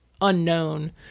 unknown